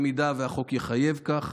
אם החוק יחייב כך,